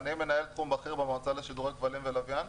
אני מנהל תחום בכיר במועצה לשידור הכבלים ולוויין.